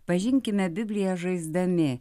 pažinkime bibliją žaisdami